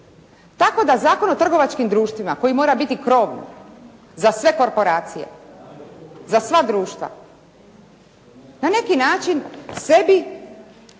Tako da Zakon o trgovačkim društvima koji mora biti krov za sve korporacije, za sva društva na neki način sebi